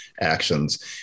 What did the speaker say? actions